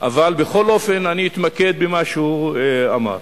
אבל בכל אופן אני אתמקד במה שהוא אמר,